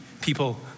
people